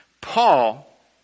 Paul